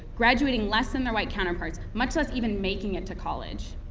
graduating less than their white counterparts, much less even making it to college.